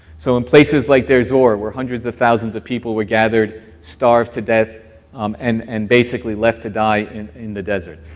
so in places, like bazore, where hundreds of thousands of people were gathered, starved to death um and and basically left to die in in the desert.